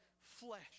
flesh